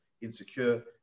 insecure